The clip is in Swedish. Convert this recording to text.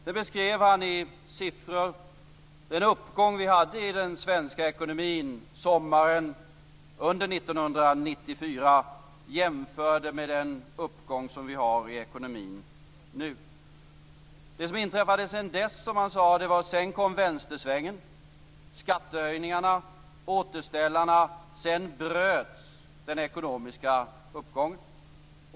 Han beskrev i siffror den uppgång vi hade i den svenska ekonomin sommaren 1994 och jämförde med den uppgång vi har i ekonomin nu. Det som inträffat sedan dess är att, som han sade, vänstersvängen kom - skattehöjningarna, återställarna. Sedan bröts den ekonomiska uppgången.